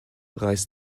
reiß